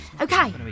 Okay